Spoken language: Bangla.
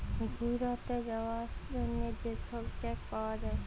ঘ্যুইরতে যাউয়ার জ্যনহে যে ছব চ্যাক পাউয়া যায়